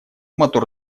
мотор